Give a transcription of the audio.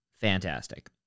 Fantastic